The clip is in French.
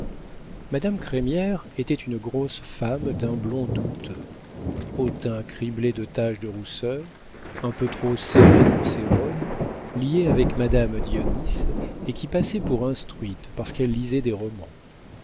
madame crémière était une grosse femme d'un blond douteux au teint criblé de taches de rousseur un peu trop serrée dans ses robes liée avec madame dionis et qui passait pour instruite parce qu'elle lisait des romans